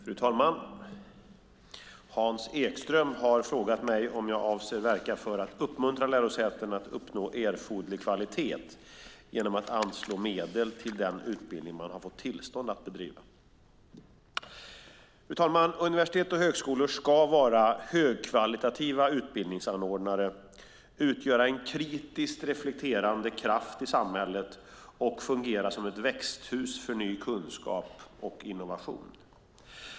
Fru talman! Hans Ekström har frågat mig om jag avser att verka för att uppmuntra lärosäten att uppnå erforderlig kvalitet genom att anslå medel till den utbildning man fått tillstånd att bedriva. Fru talman! Universitet och högskolor ska vara högkvalitativa utbildningsanordnare, utgöra en kritiskt reflekterande kraft i samhället och fungera som ett växthus för ny kunskap och innovation.